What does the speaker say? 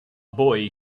boy